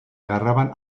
agarraban